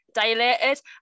dilated